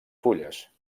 fulles